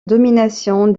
domination